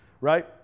right